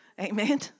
Amen